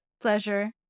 pleasure